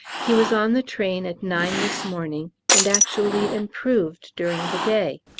he was on the train at nine this morning, and actually improved during the day!